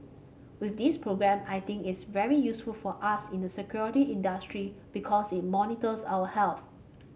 with this programme I think it's very useful for us in the security industry because it monitors our health